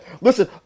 Listen